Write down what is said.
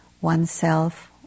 oneself